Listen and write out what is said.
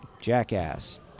Jackass